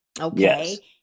Okay